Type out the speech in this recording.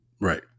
Right